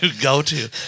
go-to